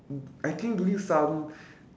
mm I think during some